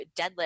deadlift